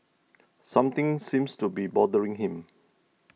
something seems to be bothering him